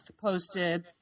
posted